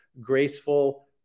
graceful